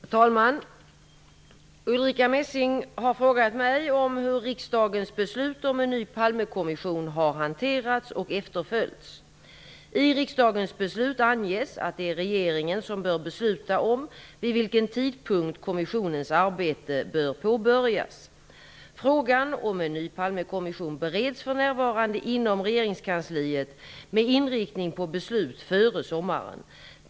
Fru talman! Ulrica Messing har frågat mig om hur riksdagens beslut om en ny Palmekommission har hanterats och efterföljts. I riksdagens beslut anges att det är regeringen som bör besluta om vid vilken tidpunkt kommissionens arbete bör påbörjas. Frågan om en ny Palmekommission bereds för närvarande inom regeringskansliet med inriktning på beslut före sommaren.